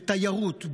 בתיירות,